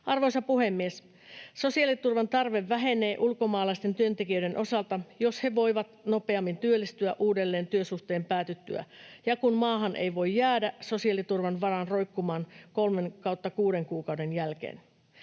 Arvoisa puhemies! Sosiaaliturvan tarve vähenee ulkomaalaisten työntekijöiden osalta, jos he voivat nopeammin työllistyä uudelleen työsuhteen päätyttyä ja kun maahan ei voi jäädä sosiaaliturvan varaan roikkumaan kolmen tai kuuden kuukauden jälkeen.